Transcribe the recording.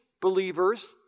believers